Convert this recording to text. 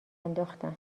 انداختن